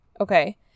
okay